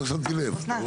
הישיבה ננעלה בשעה